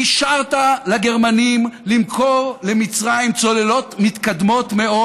אישרת לגרמנים למכור למצרים צוללות מתקדמות מאוד